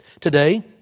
Today